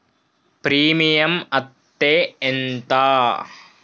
Premium అత్తే ఎంత?